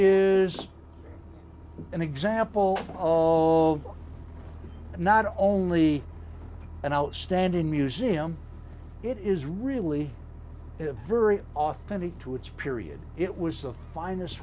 is an example of not only an outstanding museum it is really a very authentic to its period it was the finest